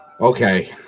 Okay